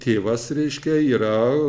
tėvas reiškia yra